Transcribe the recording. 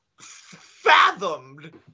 fathomed